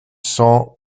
cents